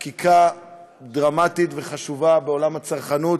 חקיקה דרמטית וחשובה בעולם הצרכנות,